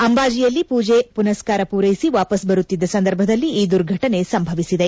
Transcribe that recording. ಅಂಬಾಜಿಯಲ್ಲಿ ಪೂಜೆ ಪುನಸ್ಕಾರ ಪೂರೈಸಿ ವಾಪಸ್ ಬರುತ್ತಿದ್ದ ಸಂದರ್ಭದಲ್ಲಿ ಈ ದುರ್ಘಟನೆ ಸಂಭವಿಸಿದೆ